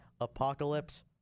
apocalypse